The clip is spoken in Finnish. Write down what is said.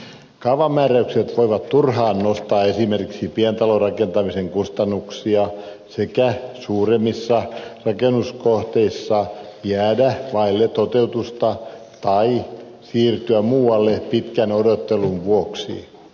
kaavamääräykset voivat turhaan nostaa esimerkiksi pientalorakentamisen kustannuksia ja suuremmat rakennuskohteet voivat jäädä vaille toteutusta tai siirtyä muualle pitkän odottelun vuoksi